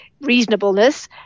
reasonableness